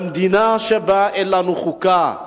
במדינה שבה אין לנו חוקה,